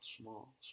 small